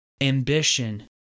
ambition